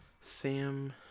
Sam